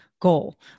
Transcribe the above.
goal